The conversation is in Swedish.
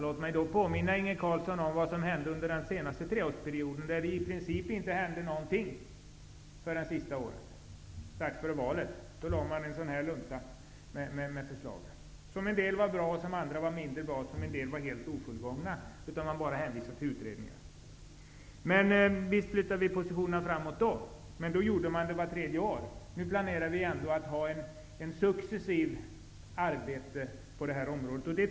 Låt mig då påminna Inge Carlsson om hur det var under den förra treårsperioden. Då hände i princip inte någonting förrän under det sista året, strax före valet. Då lade man fram en lunta förslag. En del förslag var bra, andra mindre bra. Sedan fanns det också helt ofullgångna förslag -- man bara hänvisade till utredningar. Men visst flyttades positionerna framåt. Det var bara det att det skedde vart tredje år. Nu planerar vi för ett successivt arbete på det här området.